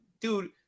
dude